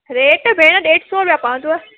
rate भेण ॾेढ सौ रुपया पवंदुव